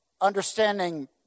understanding